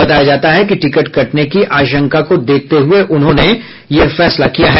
बताया जाता है कि टिकट कटने की आशंका को देखते हुये उन्होंने यह फैसला किया है